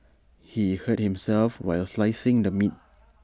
he hurt himself while slicing the meat